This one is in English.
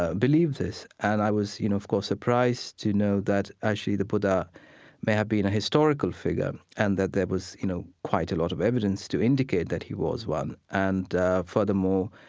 ah believed this. and i was, you know, of course, surprised to know that, actually, the buddha may have been and a historical figure. and that there was, you know, quite a lot of evidence to indicate that he was one. and furthermore,